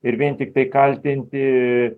ir vien tiktai kaltinti